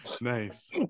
nice